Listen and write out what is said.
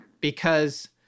because-